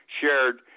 shared